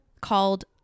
called